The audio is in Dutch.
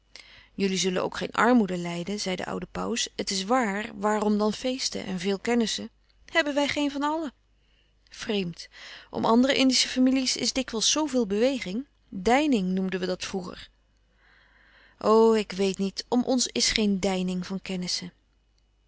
jullie zullen ook geen armoede lijden zei de oude pauws het is waar waarom dan feesten en veel kennissen hebben wij geen van allen vreemd om andere indische familie's is dikwijls zoo veel beweging deining noemden we dat vroeger o ik weet niet om ons is geen deining van kennissen